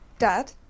Dad